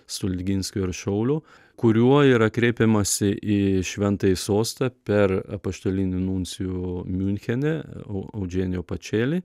stulginskio ir šaulio kuriuo yra kreipiamasi į šventąjį sostą per apaštalinį nuncijų miunchene au audžėnio pačėli